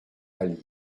allier